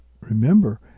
Remember